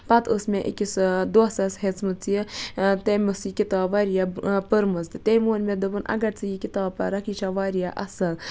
پَتہٕ ٲسۍ مےٚ اکِس دوسَس ہیٚژمٕژ یہِ تٔمۍ ٲسۍ یہِ کِتاب واریاہ پٔرمٕژ تہِ تٔمۍ ووٚن مےٚ دوٚپُن اگر ژٕ یہِ کِتاب پَرَکھ یہِ چھِ واریاہ اصل